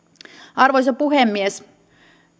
arvoisa puhemies